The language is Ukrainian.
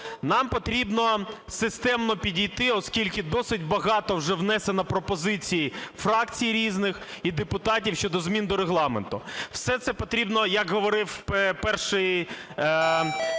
Нам потрібно системно підійти, оскільки досить багато вже внесено пропозицій фракцій різних і депутатів щодо змін до Регламенту. Все це потрібно, як говорив перший